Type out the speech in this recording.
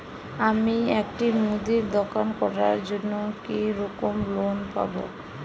আমি একটি মুদির দোকান করার জন্য কি রকম লোন পাব?